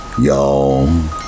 y'all